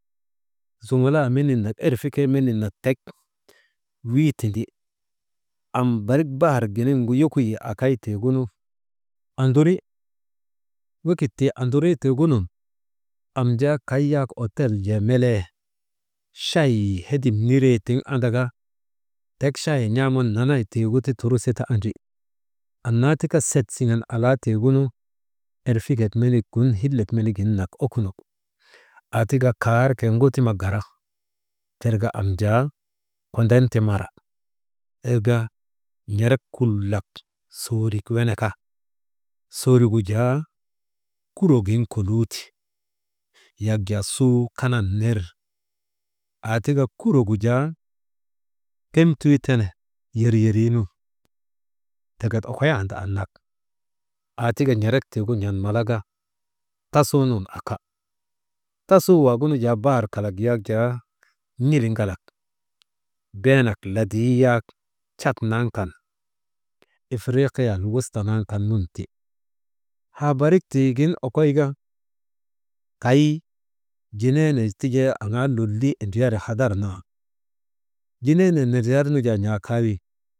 Zumulaa menin nak erfikee menin nak tek wii tindi, am barik bahar giniŋgu yokoyii akay tiigunu, anduri, wekit tii andurii tiigunun am jaa kay yak ootel jee melee chayii hedim niree tiŋ andaka tek chayii n̰aaman nanay tiigu ti turi suti andri, anna tika set siŋen alaa tiigunu erfikek menik gun hillek menigin nak ukuno, aa tika kaar kee ŋotima gara tir ka am jaa, koden ti mara, irka n̰eret kulak soorik wene ka, soorik gu jaa kurogin kolii ti, yak jaa suu kanan ner aa tika kurok gu jaa kemtuu tene yeryerii nun teket okoyandi annak, aa tika n̰erek tiigu n̰an Malaka tasuu nun aka, tasuu waagunu jaa bahar kalak yak jaa n̰iliŋalak, Beenak ladii yak jaa cat nan kan ifiriikiyal wusta nan kan ti, haabarik tiigin okoyka kay jineenee tijee aŋaa lolii indriyari hadar naa, jineenee nindriyarnu jaa n̰aa kaa win.